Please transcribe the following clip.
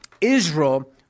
Israel